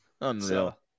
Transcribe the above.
Unreal